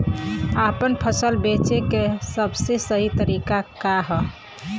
आपन फसल बेचे क सबसे सही तरीका का ह?